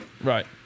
right